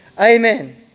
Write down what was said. amen